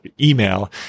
email